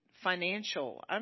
financial